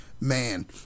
man